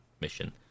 mission